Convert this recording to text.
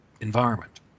environment